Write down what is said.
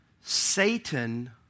Satan